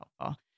helpful